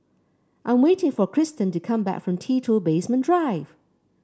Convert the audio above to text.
I am waiting for Cristen to come back from T two Basement Drive